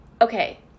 Okay